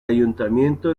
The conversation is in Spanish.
ayuntamiento